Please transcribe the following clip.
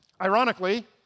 Ironically